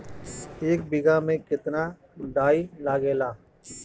एक बिगहा में केतना डाई लागेला?